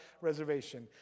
reservation